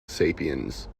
sapiens